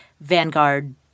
Vanguard